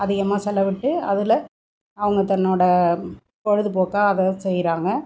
அதிகமாக செலவிட்டு அதில் அவங்க தன்னோடய பொழுதுபோக்காக அதை செய்கிறாங்க